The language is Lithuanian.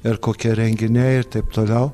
ir kokie renginiai ir taip toliau